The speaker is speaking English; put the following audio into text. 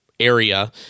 Area